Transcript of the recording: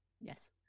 Yes